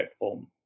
home